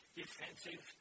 defensive